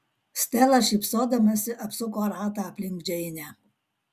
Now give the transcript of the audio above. stela šypsodamasi apsuko ratą aplink džeinę